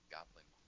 Goblin